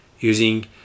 using